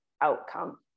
outcome